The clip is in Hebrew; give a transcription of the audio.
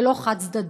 ולא חד-צדדי.